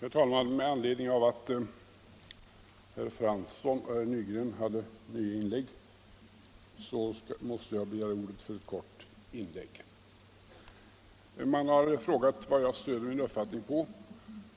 Herr talman! Med anledning av att herr Fransson och herr Nygren gjorde nya inlägg måste jag begära ordet för ett kort anförande. Man har frågat på vad jag stöder min uppfattning